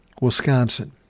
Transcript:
Wisconsin